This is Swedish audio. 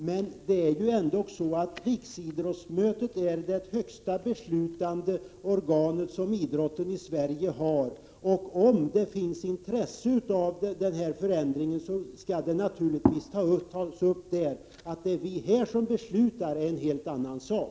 Riksidrottsmötet är trots allt det högsta beslutande organ som idrotten i Sverige har, och om det finns intresse för denna förändring, skall det naturligtvis tas upp där. Att det är vi här i riksdagen som beslutar är en helt annan sak.